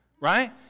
right